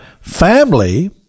family